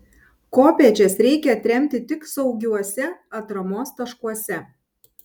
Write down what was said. kopėčias reikia atremti tik saugiuose atramos taškuose